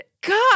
God